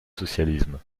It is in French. socialisme